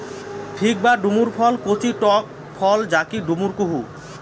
fig বা ডুমুর ফল কচি টক ফল যাকি ডুমুর কুহু